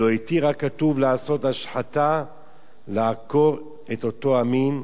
או "ולא התיר הכתוב לעשות השחתה לעקור המין,